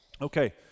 Okay